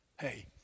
Hey